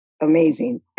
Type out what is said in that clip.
amazing